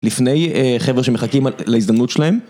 לפני חבר'ה שמחכים להזדמנות שלהם.